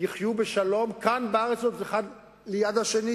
יחיו בשלום כאן בארץ אלה ליד אלה.